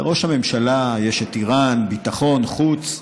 לראש הממשלה יש את איראן, ביטחון, חוץ,